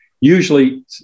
usually